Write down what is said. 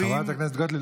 חברת הכנסת גוטליב,